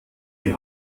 die